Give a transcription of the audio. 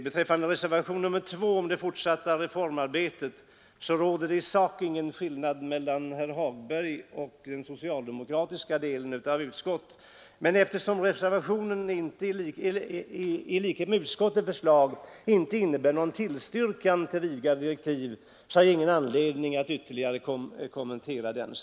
Beträffande reservationen 2 om det fortsatta reformarbetet råder det i sak ingen skillnad mellan herr Hagberg och den socialdemokratiska delen av utskottet, men eftersom reservationen i likhet med utskottets förslag inte innebär någon tillstyrkan av vidgade direktiv har jag ingen anledning att ytterligare kommentera den.